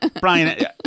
Brian